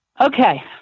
okay